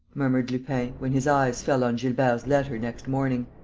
murmured lupin, when his eyes fell on gilbert's letter next morning.